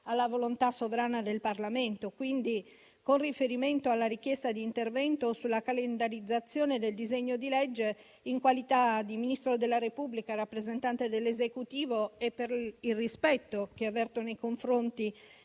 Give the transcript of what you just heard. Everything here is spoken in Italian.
alla volontà sovrana del Parlamento. Quindi, con riferimento alla richiesta di intervento sulla calendarizzazione del disegno di legge, in qualità di Ministro della Repubblica rappresentante dell'Esecutivo, e per il rispetto che avverto nei confronti